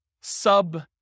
sub